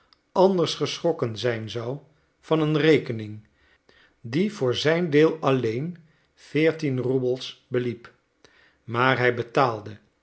anders geschrokken zijn zou van een rekening die voor zijn deel alleen veertien roebels beliep maar hij betaalde